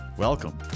Welcome